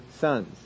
sons